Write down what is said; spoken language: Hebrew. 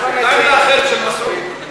של מסעוד.